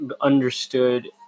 understood